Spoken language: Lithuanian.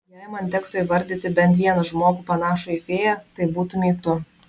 jei man tektų įvardyti bent vieną žmogų panašų į fėją tai būtumei tu